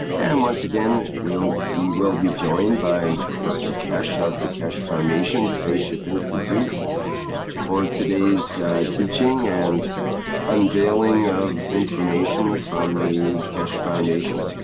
and once again, we will be joined by mr. keshe of the keshe foundation spaceship institute for today's teaching and unveiling of information from the keshe foundation.